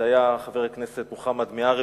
זה היה חבר הכנסת מוחמד מיעארי,